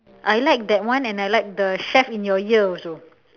I like that one and I like the chef in your ear also